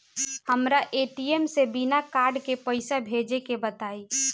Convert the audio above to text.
हमरा ए.टी.एम से बिना कार्ड के पईसा भेजे के बताई?